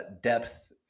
depth